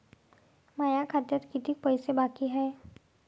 माया खात्यात कितीक पैसे बाकी हाय?